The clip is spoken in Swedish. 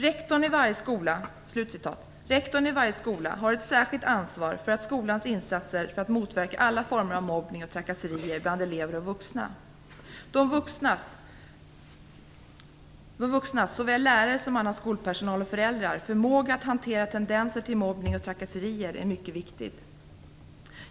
Rektorn i varje skola har ett särskilt ansvar för skolans insatser för att motverka alla former av mobbning och trakasserier bland elever och vuxna. De vuxnas - såväl lärares som annan skolpersonals och föräldrars - förmåga att hantera tendenser till mobbning och trakasserier är mycket viktig.